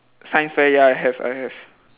science fair ya I have I have